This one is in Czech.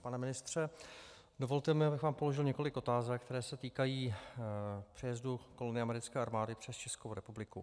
Pane ministře, dovolte mi, abych vám položil několik otázek, které se týkají přejezdu kolony americké armády přes Českou republiku.